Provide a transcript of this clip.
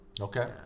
Okay